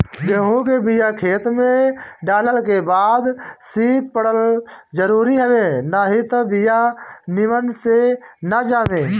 गेंहू के बिया खेते में डालल के बाद शीत पड़ल जरुरी हवे नाही त बिया निमन से ना जामे